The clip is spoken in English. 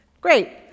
Great